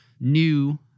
new